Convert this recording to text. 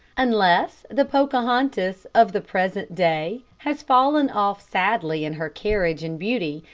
unless the pocahontas of the present day has fallen off sadly in her carriage and beauty,